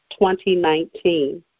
2019